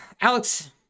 Alex